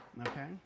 okay